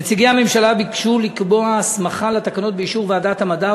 נציגי הממשלה ביקשו לקבוע הסמכה לתקנות באישור ועדת המדע,